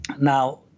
Now